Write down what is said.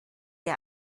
der